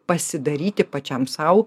pasidaryti pačiam sau